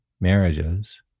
marriages